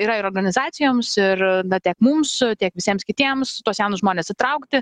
yra ir organizacijoms ir tiek mums tiek visiems kitiems tuos jaunus žmones įtraukti